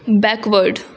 backward